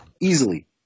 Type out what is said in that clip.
Easily